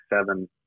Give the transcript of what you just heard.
seven